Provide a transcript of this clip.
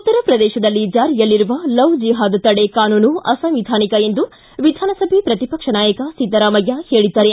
ಉತ್ತರ ಪ್ರದೇಶದಲ್ಲಿ ಜಾರಿಯಲ್ಲಿರುವ ಲವ್ ಜಿಹಾದ್ ತಡೆ ಕಾನೂನು ಅಸಂವಿಧಾನಿಕ ಎಂದು ವಿಧಾನಸಭೆ ಪ್ರತಿಪಕ್ಷ ನಾಯಕ ಸಿದ್ದರಾಮಯ್ಯ ಹೇಳಿದ್ದಾರೆ